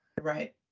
Right